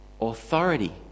authority